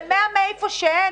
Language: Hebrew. זה 100 מיליון שקלים מהיכן שאין,